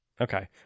Okay